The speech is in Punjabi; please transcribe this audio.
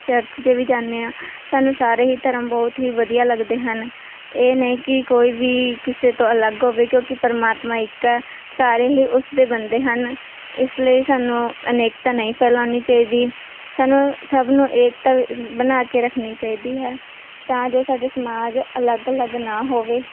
ਚਰਚ 'ਚ ਵੀ ਜਾਂਦੇ ਹਾਂ ਸਾਨੂੰ ਸਾਰੇ ਹੀ ਧਰਮ ਬਹੁਤ ਹੀ ਵਧੀਆ ਲੱਗਦੇ ਹਨ ਇਹ ਨਹੀਂ ਕਿ ਕੋਈ ਵੀ ਕਿਸੇ ਤੋਂ ਅਲੱਗ ਹੋਵੇ ਕਿਉਂਕਿ ਪਰਮਾਤਮਾ ਇੱਕ ਹੈ ਸਾਰੇ ਹੀ ਉਸਦੇ ਬੰਦੇ ਹਨ ਇਸ ਲਈ ਸਾਨੂੰ ਅਨੇਕਤਾ ਨਹੀਂ ਫੈਲਾਉਣੀ ਚਾਹੀਦੀ ਸਾਨੂੰ ਸਭ ਨੂੰ ਏਕਤਾ ਬਣਾ ਕੇ ਰੱਖਣੀ ਚਾਹੀਦੀ ਹੈ ਤਾਂ ਜੋ ਸਾਡਾ ਸਮਾਜ ਅਲੱਗ ਅਲੱਗ ਨਾ ਹੋਵੇ